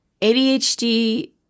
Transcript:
ADHD